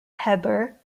heber